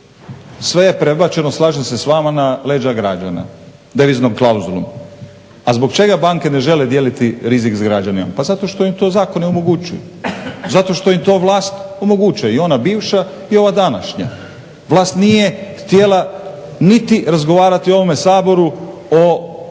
sve je prebačeno, slažem se s vama, na leđa građana deviznom klauzulom. A zbog čega banke ne žele dijeliti rizik s građanima? Pa zato što im to zakoni omogućuju. Zato što im to vlast omogućuje, i ona bivša i ova današnja. Vlast nije htjela niti razgovarati u ovome Saboru o postupnom